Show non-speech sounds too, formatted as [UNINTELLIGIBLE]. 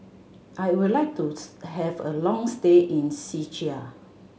I would like to [UNINTELLIGIBLE] have a long stay in Czechia